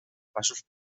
passos